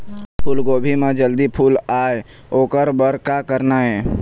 फूलगोभी म जल्दी फूल आय ओकर बर का करना ये?